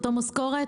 אותה משכורת?